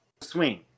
swing